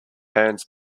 hands